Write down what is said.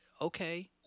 okay